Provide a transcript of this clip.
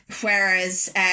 Whereas